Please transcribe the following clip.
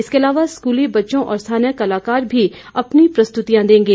इसके अलावा स्कूली बच्चों और स्थानीय कलाकार भी अपनी प्रस्तृतियां देंगे